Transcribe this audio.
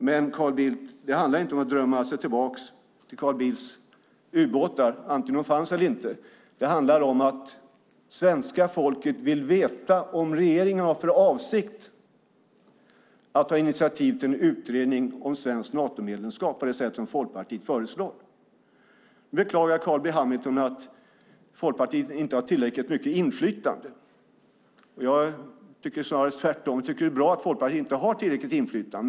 Men det handlar inte om att drömma sig tillbaka till Carls Bildts ubåtar, antingen de fanns eller inte. Det handlar om att svenska folket vill veta om regeringen har för avsikt att ta initiativ till en utredning om svenskt Natomedlemskap på det sätt som Folkpartiet föreslår. Nu beklagar Carl B Hamilton att Folkpartiet inte har tillräckligt mycket inflytande. Jag tycker snarare tvärtom att det är bra att Folkpartiet inte har tillräckligt inflytande.